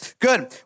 Good